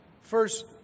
first